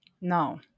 No